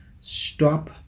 Stop